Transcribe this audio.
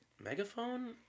megaphone